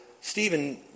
Stephen